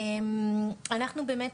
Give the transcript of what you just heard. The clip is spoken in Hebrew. אנחנו באמת,